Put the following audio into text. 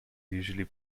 usually